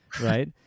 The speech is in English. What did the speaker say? right